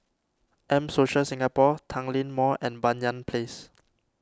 M Social Singapore Tanglin Mall and Banyan Place